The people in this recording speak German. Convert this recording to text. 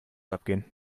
abgehen